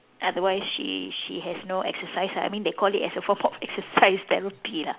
otherwise she she has no exercise I mean they call as a form of exercise therapy lah